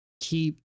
keep